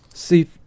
see